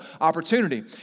opportunity